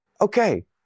Okay